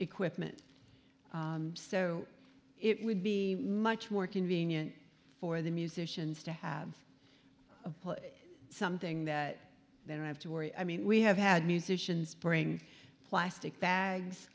equipment so it would be much more convenient for the musicians to have something that they don't have to worry i mean we have had musicians bring plastic bags